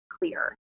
clear